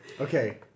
Okay